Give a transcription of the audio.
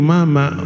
Mama